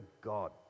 God